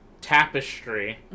tapestry